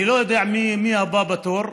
אני לא יודע מי הבא בתור,